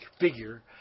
figure